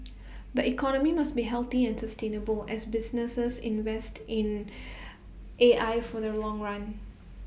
the economy must be healthy and sustainable as businesses invest in A I for the long run